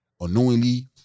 unknowingly